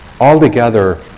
altogether